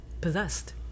possessed